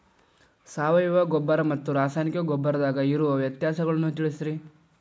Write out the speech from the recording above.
ಸಾವಯವ ಗೊಬ್ಬರ ಮತ್ತ ರಾಸಾಯನಿಕ ಗೊಬ್ಬರದಾಗ ಇರೋ ವ್ಯತ್ಯಾಸಗಳನ್ನ ತಿಳಸ್ರಿ